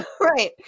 right